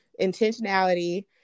Intentionality